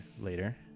later